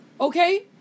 Okay